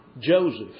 Joseph